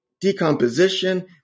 decomposition